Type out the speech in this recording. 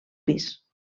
pis